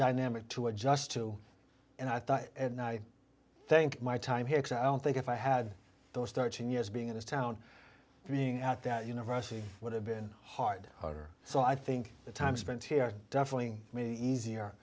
dynamic to adjust to and i thought and i thank my time here and think if i had those thirteen years being in this town being at that university would have been hard water so i think the time spent here definitely made easier